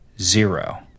zero